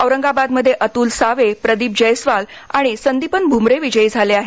औरंगाबादमध्ये अतुल सावे प्रदीप जैयस्वाल आणि संदीपन भूमरे विजयी झाले आहेत